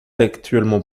actuellement